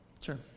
Sure